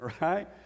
right